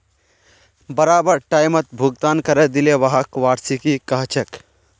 बराबर टाइमत भुगतान करे दिले व्हाक वार्षिकी कहछेक